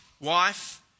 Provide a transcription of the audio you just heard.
Wife